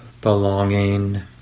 belonging